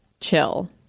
chill